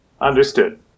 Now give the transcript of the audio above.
Understood